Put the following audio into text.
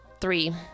three